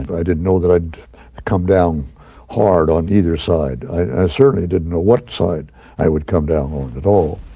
but i didn't know i would come down hard on either side. i certainly didn't know what side i would come down on at all.